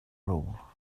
rule